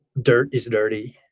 dirt is dirty.